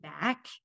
back